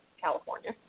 California